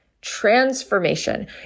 transformation